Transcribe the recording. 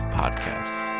podcasts